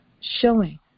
Showing